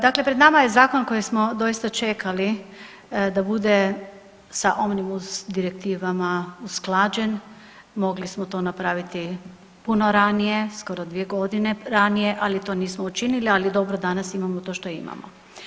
Dakle, pred nama je zakon koji smo doista čekali da bude sa onim uz direktivama usklađen, mogli smo to napraviti puno ranije, skoro 2 godine ranije, ali to nismo učinili, ali dobro, danas imamo to što imamo.